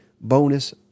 bonus